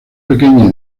pequeñas